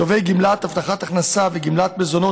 תובעי גמלת הבטחת הכנסה וגמלת מזונות